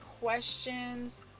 questions